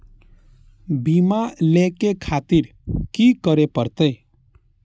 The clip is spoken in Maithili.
बीमा लेके खातिर की करें परतें?